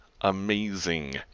Amazing